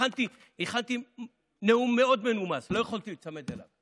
הכנתי נאום מאוד מנומס, לא יכולתי להיצמד אליו.